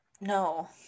no